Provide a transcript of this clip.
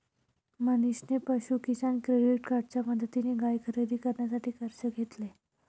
मनीषने पशु किसान क्रेडिट कार्डच्या मदतीने गाय खरेदी करण्यासाठी कर्ज घेतले